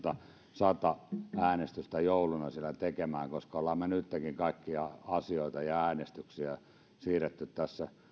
sata äänestystä jouluna sillä tekemään koska olemmehan me nyttenkin kaikkia asioita ja äänestyksiä siirtäneet tässä